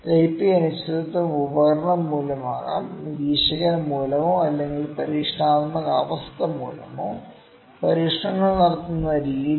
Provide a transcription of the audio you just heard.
type A അനിശ്ചിതത്വം ഉപകരണം മൂലമാകാം നിരീക്ഷകൻ മൂലമോ അല്ലെങ്കിൽ പരീക്ഷണാത്മക അവസ്ഥ മൂലമോ പരീക്ഷണങ്ങൾ നടത്തുന്ന രീതി